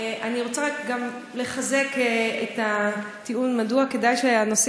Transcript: אני רוצה לחזק את הטיעון מדוע כדאי שהנושא